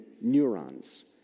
neurons